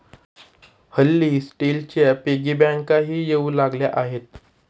हल्ली स्टीलच्या पिगी बँकाही येऊ लागल्या आहेत